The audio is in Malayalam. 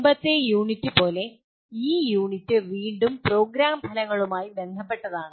മുമ്പത്തെ യൂണിറ്റ് പോലെ ഈ യൂണിറ്റ് വീണ്ടും പ്രോഗ്രാം ഫലങ്ങളുമായി ബന്ധപ്പെട്ടതാണ്